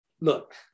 look